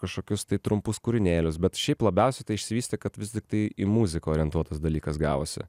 kažkokius tai trumpus kūrinėlius bet šiaip labiausiai tai išsivystė kad vis tiktai į muziką orientuotas dalykas gavosi